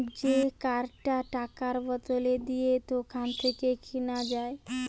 যে কার্ডটা টাকার বদলে দিলে দোকান থেকে কিনা যায়